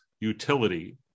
utility